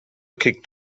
kicked